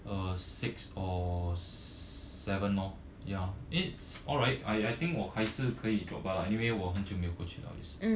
uh six or seven lor ya eh alright I I think 我还是可以 drop by anyway 我很久没有过去 liao 也是